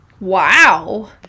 Wow